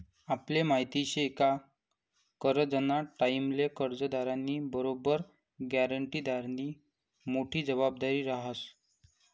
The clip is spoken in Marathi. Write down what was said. आपले माहिती शे का करजंना टाईमले कर्जदारनी बरोबर ग्यारंटीदारनी मोठी जबाबदारी रहास